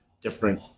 different –